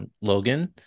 Logan